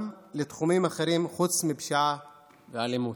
לתחומים אחרים חוץ מפשיעה ואלימות.